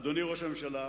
אדוני ראש הממשלה,